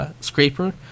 scraper